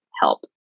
help